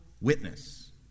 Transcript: witness